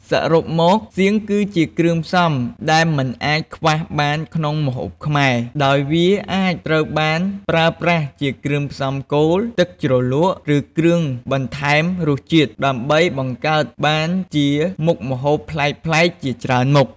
សរុបមក សៀងគឺជាគ្រឿងផ្សំដែលមិនអាចខ្វះបានក្នុងម្ហូបខ្មែរ ដោយវាអាចត្រូវបានប្រើប្រាស់ជាគ្រឿងផ្សំគោល ទឹកជ្រលក់ ឬគ្រឿងបន្ថែមរសជាតិ ដើម្បីបង្កើតបានជាមុខម្ហូបប្លែកៗជាច្រើនមុខ។